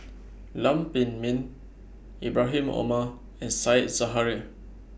Lam Pin Min Ibrahim Omar and Said Zahari